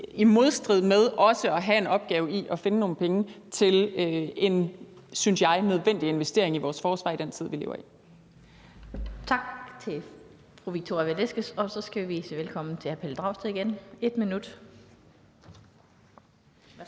i modstrid med også at have en opgave i at finde nogle penge til en, synes jeg, nødvendig investering i vores forsvar i den tid, vi lever i. Kl. 15:22 Den fg. formand (Annette Lind): Tak til fru Victoria Velasquez. Og så skal vi sige velkommen til hr. Pelle Dragsted igen. Der er 1 minut.